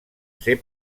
ser